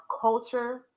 culture